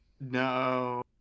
No